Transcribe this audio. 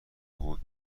بود